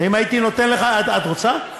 את רוצה?